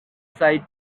side